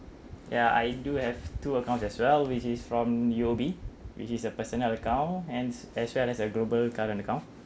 ya I do have two accounts as well which is from U_O_B which is a personal account and as well as a global current account